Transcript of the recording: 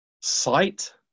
Sight